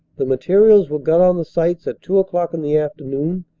the materials were got on the sites at two o'clock in the afternoon,